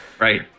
right